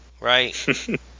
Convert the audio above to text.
right